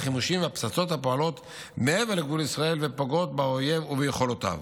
החימושים והפצצות הפועלים מעבר לגבול ישראל ופוגעים באויב וביכולותיו.